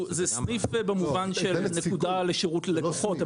זה סניף במובן של נקודה לשירות לקוחות,